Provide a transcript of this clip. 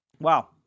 Wow